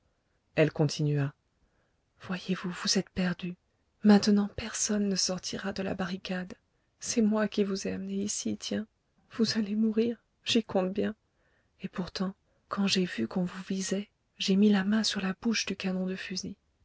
elle continua voyez-vous vous êtes perdu maintenant personne ne sortira de la barricade c'est moi qui vous ai amené ici tiens vous allez mourir j'y compte bien et pourtant quand j'ai vu qu'on vous visait j'ai mis la main sur la bouche du canon de fusil